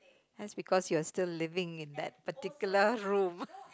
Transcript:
that's because you are still living in that particular room